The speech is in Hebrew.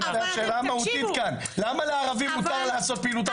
בבקשה, הרב שמשון אלבוים, יו"ר מנהלת הר הבית.